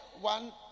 one